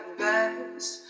best